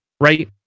Right